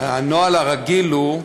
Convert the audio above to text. הנוהל הרגיל הוא,